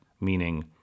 meaning